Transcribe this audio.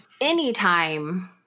anytime